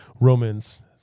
Romans